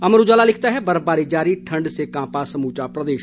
अमर उजाला लिखता है बर्फबारी जारी ठंड से कांपा समूचा प्रदेश